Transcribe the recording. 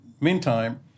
meantime